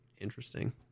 interesting